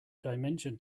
dimension